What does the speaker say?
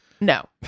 No